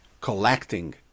collecting